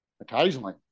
occasionally